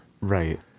right